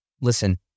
Listen